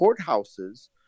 courthouses